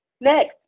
Next